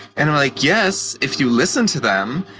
and i'm like, yes, if you listen to them.